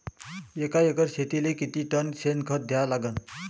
एका एकर शेतीले किती टन शेन खत द्या लागन?